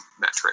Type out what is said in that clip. metric